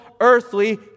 earthly